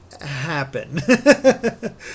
Happen